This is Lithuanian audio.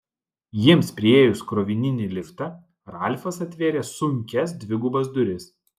jiems priėjus krovininį liftą ralfas atvėrė sunkias dvigubas duris